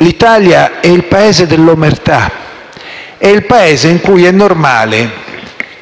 L'Italia è il Paese dell'omertà, è il Paese in cui è normale